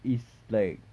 it's like